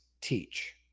teach